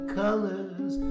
colors